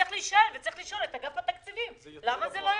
צריך לשאול את אגף התקציבים למה זה לא יוצא,